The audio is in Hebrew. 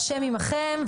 השם עמכם.